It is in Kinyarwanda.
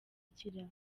akira